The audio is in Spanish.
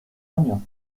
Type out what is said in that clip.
año